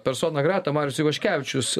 persona grata marius ivaškevičius